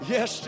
Yes